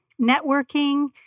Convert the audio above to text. networking